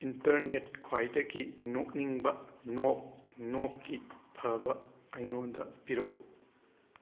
internet ꯈ꯭ꯋꯥꯏꯗꯒꯤ ꯅꯣꯛꯅꯤꯡꯕ ꯅꯣꯛꯀꯤ ꯐꯕ ꯑꯩꯉꯣꯟꯗ ꯄꯤꯔꯛꯎ